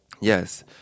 yes